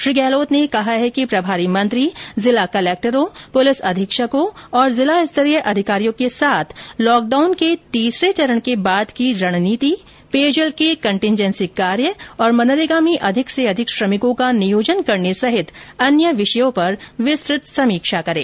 श्री गहलोत ने कहा है कि प्रभारी मंत्री जिला कलेक्टर्स पुलिस अधीक्षकों और जिला स्तरीय अधिकारियों के साथ लॉकडाउन के तीसरे चरण के बाद की रणनीति पेयजल के कंटीजेंसी कार्य और मनरेगा में अधिक से अधिक श्रमिकों का नियोजन करने सहित अन्य विषयों पर विस्तृत समीक्षा करें